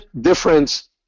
difference